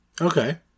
Okay